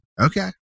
Okay